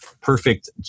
perfect